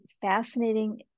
fascinating